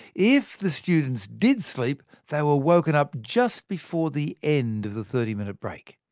if the students did sleep, they were woken up just before the end of the thirty minute break.